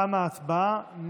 תמה ההצבעה.